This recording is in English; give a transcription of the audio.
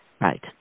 Right